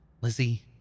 Lizzie